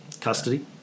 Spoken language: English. Custody